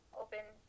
open